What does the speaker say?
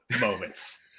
moments